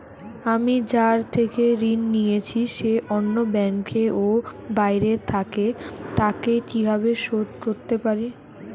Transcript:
আমি যার থেকে ঋণ নিয়েছে সে অন্য ব্যাংকে ও বাইরে থাকে, তাকে কীভাবে শোধ করতে পারি?